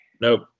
nope